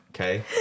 okay